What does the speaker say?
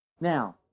Now